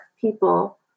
people